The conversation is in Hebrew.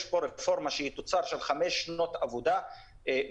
יש פה רפורמה שהיא תוצר של 5 שנות עבודה מקצועית